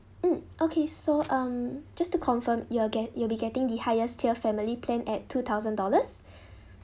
mm okay so um just to confirm you will get you'll be getting the highest tier family plan at two thousand dollars